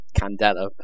candela